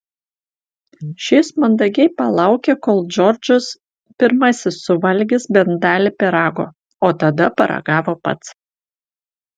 šis mandagiai palaukė kol džordžas pirmasis suvalgys bent dalį pyrago o tada paragavo pats